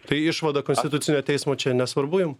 tai išvada konstitucinio teismo čia nesvarbu jum